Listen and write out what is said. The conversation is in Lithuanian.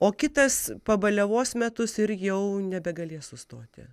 o kitas pabaliavos metus ir jau nebegalės sustoti